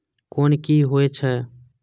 Code की होय छै?